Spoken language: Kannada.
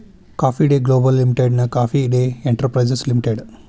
ಕಾಫಿ ಡೇ ಗ್ಲೋಬಲ್ ಲಿಮಿಟೆಡ್ನ ಕಾಫಿ ಡೇ ಎಂಟರ್ಪ್ರೈಸಸ್ ಲಿಮಿಟೆಡ್